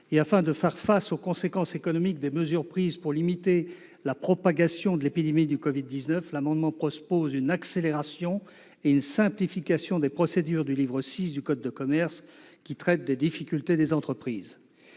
et afin de faire face aux conséquences économiques des mesures prises pour limiter la propagation de l'épidémie de Covid-19, cet amendement vise à accélérer et à simplifier des procédures du livre VI du code de commerce, qui traite des difficultés des entreprises.